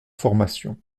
formation